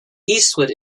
eastward